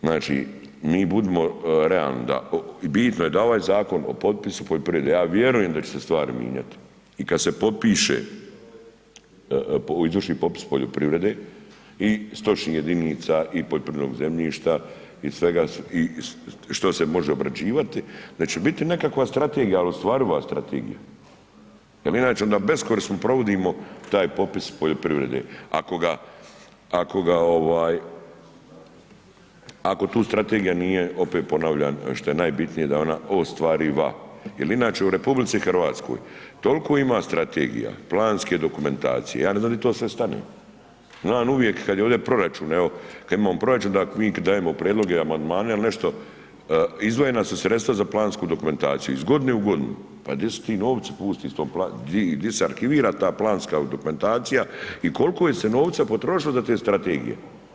Znači mi budimo realni i bitno je da ovaj zakon o popisu poljoprivrede, ja vjerujem da će se stvari mijenjati, i kad se popiše, izvrši popis poljoprivrede i stočnih jedinica i poljoprivrednog zemljišta i što se može obrađivati, da će biti nekakva strategija ali ostvariva strategija jer inače beskorisno provodimo taj popis poljoprivrede ako tu strategija nije opet ponavljam, što nije, opet ponavljam, šta je najbitnije da je ona ostvariva jer inače u RH, toliko ima strategija, planske dokumentacije, ja ne znam di to sve stane, znam uvijek kad je ovdje proračun, evo kad imamo proračun da mi kad dajemo prijedloge i amandmane ili nešto, izdvojena su sredstva za plansku dokumentaciju iz godine u godinu, pa gdje su ti novci pusti, di se arhivira ta planska dokumentacija i koliko se novca potrošilo do te strategije?